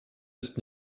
ist